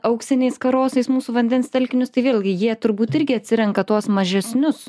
auksiniais karosais mūsų vandens telkinius tai vėlgi jie turbūt irgi atsirenka tuos mažesnius